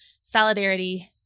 solidarity